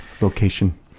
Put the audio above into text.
Location